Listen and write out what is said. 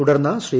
തുടർന്ന് ശ്രീ